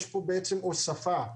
יש פה בעצם הוספה.